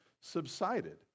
subsided